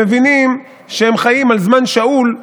הם מבינים שהם חיים על זמן שאול.